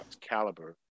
caliber